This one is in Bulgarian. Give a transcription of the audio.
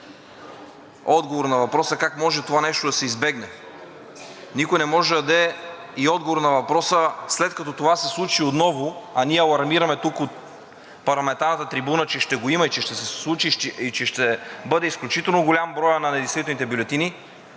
отговор на въпроса: как може това нещо да се избегне? Никой не може да даде и отговор на въпроса, след като това се случи отново, а ние алармираме тук от парламентарната трибуна, че ще го има, че ще се случи и че ще бъде изключително голям броят на недействителните бюлетини,